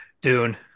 Dune